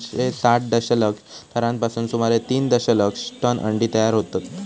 दोनशे साठ दशलक्ष थरांपासून सुमारे तीन दशलक्ष टन अंडी तयार होतत